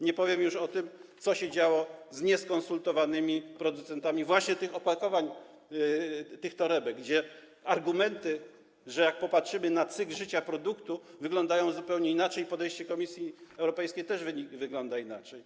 Nie powiem już o tym, co się działo z nieskonsultowanymi producentami właśnie tych opakowań, tych torebek, gdzie argumenty, jak popatrzymy na cykl życia produktu, wyglądają zupełnie inaczej i podejście Komisji Europejskiej też wygląda inaczej.